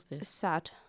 sad